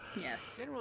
Yes